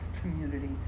community